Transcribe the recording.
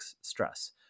stress